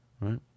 right